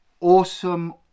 awesome